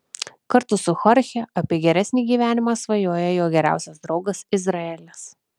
kartu su chorche apie geresnį gyvenimą svajoja jo geriausias draugas izraelis